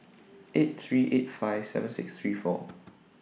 eight three eight five seven six three four